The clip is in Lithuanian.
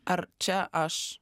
ar čia aš